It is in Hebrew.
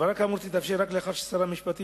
העברה כאמור תתאפשר רק לאחר ששר המשפטים